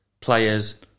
players